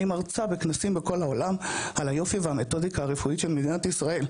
אני מרצה בכנסים בכל העולם על היופי והמתודיקה הרפואית של מדינת ישראל,